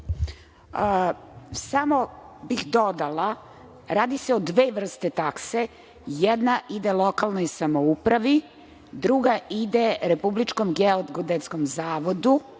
Samo bih dodala, radi se o dve vrste takse, jedna ide lokalnoj samoupravi, a druga ide Republičkom geodetskom zavodu.